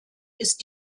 ist